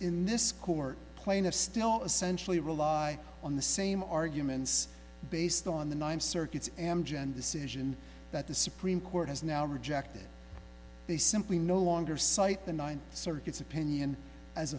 in this court plaintiffs still essentially rely on the same arguments based on the ninth circuit's amgen decision that the supreme court has now rejected they simply no longer cite the ninth circuit's opinion as